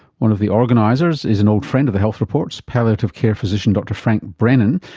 one of the organisers is an old friend of the health report's, palliative care physician dr frank brennan,